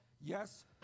Yes